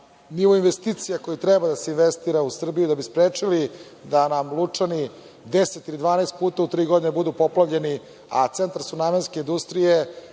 nivo investicija koje treba da se investiraju u Srbiju da bi sprečili da nam Lučani deset ili dvanaest puta u tri godine budu poplavljeni, a centar su namenske industrije,